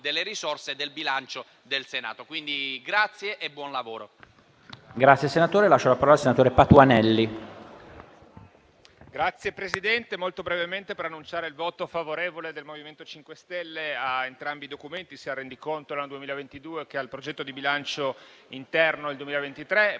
delle risorse del bilancio del Senato. Grazie e buon lavoro.